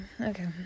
Okay